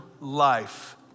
life